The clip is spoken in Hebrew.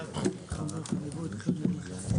הישיבה ננעלה בשעה